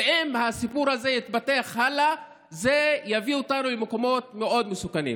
ואם הסיפור הזה יתפתח הלאה זה יביא אותנו למקומות מאוד מסוכנים.